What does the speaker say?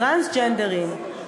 טרנסג'נדרים,